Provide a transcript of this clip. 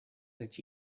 that